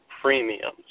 premiums